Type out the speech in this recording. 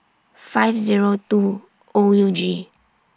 five Zero two O U G